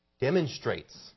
demonstrates